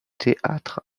théâtre